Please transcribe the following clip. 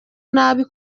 nabi